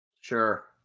Sure